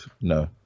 no